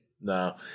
No